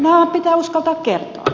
nämä pitää uskaltaa kertoa